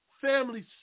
family